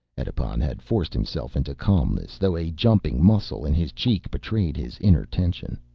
edipon had forced himself into calmness, though a jumping muscle in his cheek betrayed his inner tension.